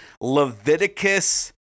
Leviticus